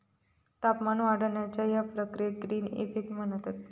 तापमान वाढण्याच्या या प्रक्रियेक ग्रीन इफेक्ट म्हणतत